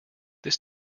this